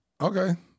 Okay